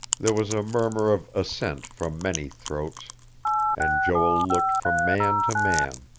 there was a murmur of assent from many throats and joel looked from man to man.